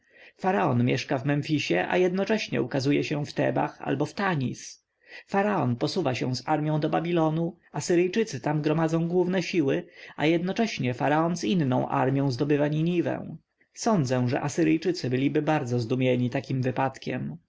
mieszka w memfis a jednocześnie ukazuje się w tebach albo w tanis faraon posuwa się z armją do babilonu asyryjczycy tam gromadzą główne siły a jednocześnie faraon z inną armją zdobywa niniwę sądzę że asyryjczycy byliby bardzo zdumieni takim wypadkiem